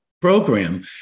program